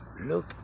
Look